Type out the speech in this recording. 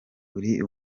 uri